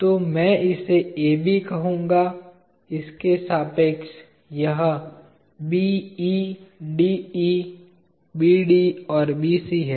तो मैं इसे AB कहूंगा इसके सापेक्ष यह BE DE BD और BC है